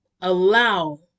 allow